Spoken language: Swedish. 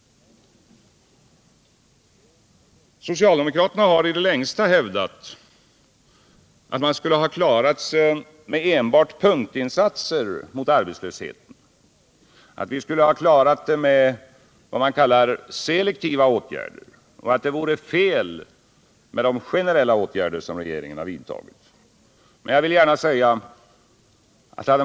Socialdemokraterna har i det längsta hävdat att man skulle ha klarat sig med enbart punktinsatser — med vad man kallar selektiva åtgärder — mot arbetslösheten och att de generella åtgärder som regeringen har vidtagit var felaktiga.